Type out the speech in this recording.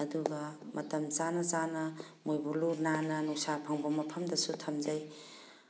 ꯑꯗꯨꯒ ꯃꯇꯝ ꯆꯥꯅ ꯆꯥꯅ ꯃꯣꯏꯕꯨ ꯂꯨ ꯅꯥꯟꯅ ꯅꯨꯡꯁꯥ ꯐꯪꯕ ꯃꯐꯝꯗꯁꯨ ꯊꯝꯖꯩ